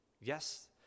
Yes